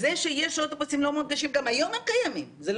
שיח פנים-ממשלתי, גם כמובן עלתה